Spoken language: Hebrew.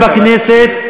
ובכנסת,